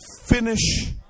finish